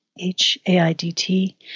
H-A-I-D-T